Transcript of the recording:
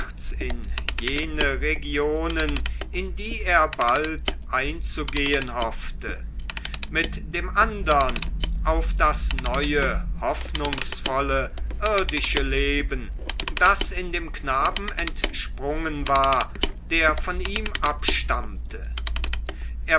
in jene regionen in die er bald einzugehen hoffte mit dem andern auf das neue hoffnungsvolle irdische leben das in dem knaben entsprungen war der von ihm abstammte